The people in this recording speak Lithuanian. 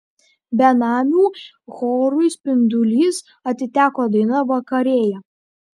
benamių chorui spindulys atiteko daina vakarėja